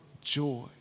joy